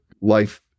life